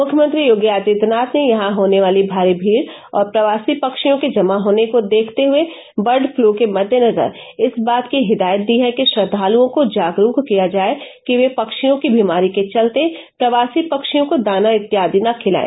मुख्यमंत्री योगी आदित्यनाथ ने यहां होने वाली भारी भीड़ और प्रवासी पक्षियों के जमा होने को देखते हुए बर्ड फ्लू के मददेनजर इस बात की हिदायत दी है कि श्रद्वालओं को जागरूक किया जाए कि वे पक्षियों की बीमारी के चलते प्रवासी पक्षियों को दाना इत्यादि न खिलाए